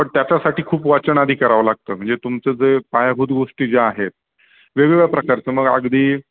पण त्याच्यासाठी खूप वाचन आधी करावं लागतं म्हणजे तुमचं जे पायाभूत गोष्टी ज्या आहेत वेगवेगळ्या प्रकारचं मग अगदी